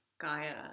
Gaia